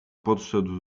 podszedł